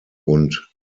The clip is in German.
und